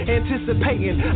anticipating